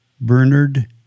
Bernard